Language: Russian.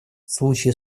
случае